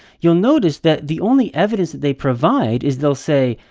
you'll notice that the only evidence that they provide is they'll say,